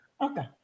okay